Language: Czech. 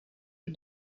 pro